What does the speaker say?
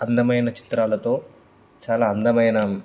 అందమైన చిత్రాలతో చాలా అందమైన